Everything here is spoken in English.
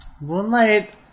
Moonlight